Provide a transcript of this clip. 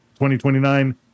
2029